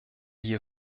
hier